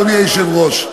אדוני היושב-ראש.